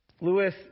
Lewis